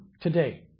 today